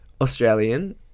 Australian